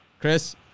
Chris